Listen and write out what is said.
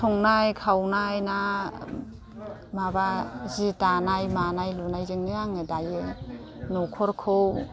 संनाय खावनाय ना माबा सि दानाय मानाय लुनायजोंनो आङो दायो न'खरखौ